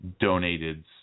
donated